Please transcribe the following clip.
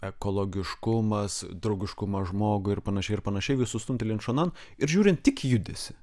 ekologiškumas draugiškumas žmogui ir panašiai ir panašiai visus stumtelint šonan ir žiūrint tik į judesį